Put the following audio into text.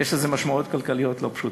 יש לזה משמעויות כלכליות לא פשוטות.